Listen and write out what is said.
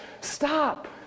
Stop